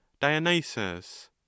Dionysus